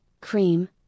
cream